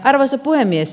arvoisa puhemies